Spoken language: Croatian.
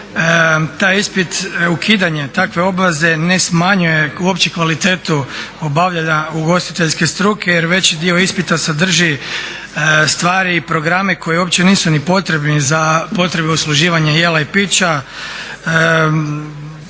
taj ispit, ukidanjem takve obveze ne smanjuje opću kvalitetu obavljanja ugostiteljske struke jer veći dio ispita sadrži stvari i programe koji uopće nisu ni potrebni za potrebe usluživanja jela i pića.